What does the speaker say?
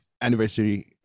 anniversary